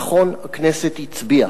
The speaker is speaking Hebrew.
נכון, הכנסת הצביעה.